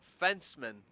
fencemen